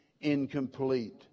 incomplete